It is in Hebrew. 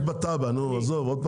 יש לכם ועד?